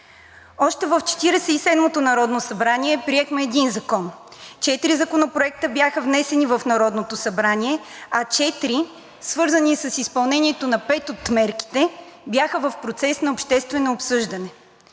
и седмото народно събрание приехме един закон; четири законопроекта бяха внесени в Народното събрание, а четири, свързани с изпълнението на пет от мерките, бяха в процес на обществено обсъждане.